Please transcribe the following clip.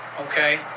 Okay